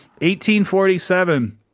1847